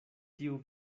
tiu